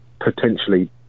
potentially